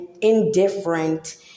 indifferent